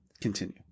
Continue